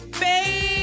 baby